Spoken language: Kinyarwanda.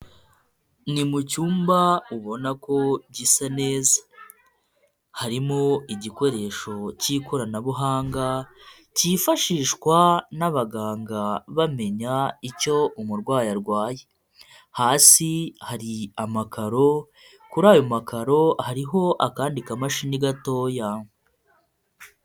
Ni mu cyumba ubona ko gisa neza, harimo igikoresho cy'ikoranabuhanga cyifashishwa n'abaganga bamenya icyo umurwayi arwaye, hasi hari amakaro, kuri ayo makaro hariho akandi kamashini gatoya.